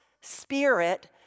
spirit